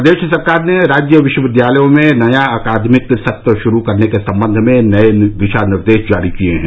प्रदेश सरकार ने राज्य विश्वविद्यालयों में नया अकादमिक सत्र शुरू करने के सम्बंध में नए दिशा निर्देश जारी किए हैं